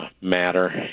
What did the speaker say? matter